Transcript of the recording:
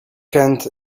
kent